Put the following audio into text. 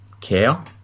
care